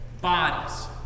bodies